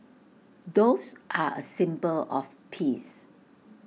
doves are A symbol of peace